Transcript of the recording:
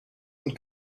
und